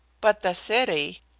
but the city